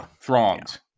Throngs